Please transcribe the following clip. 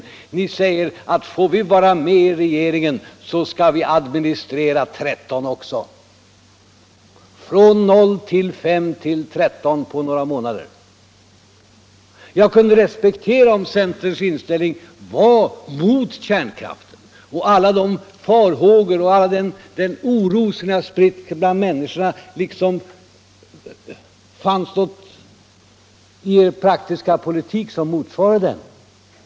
Ni säger: Får vi vara med i regeringen så skall vi administrera tretton stycken också! Ni har alltså gått från noll till fem till tretton på några månader. Jag kunde respektera centerns inställning om ni var mot kärnkraften, om det i er praktiska politik fanns någonting som motsvarade alla de farhågor och all den oro ni spritt bland människorna.